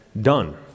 done